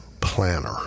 planner